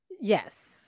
Yes